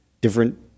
different